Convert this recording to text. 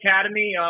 Academy